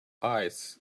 eyes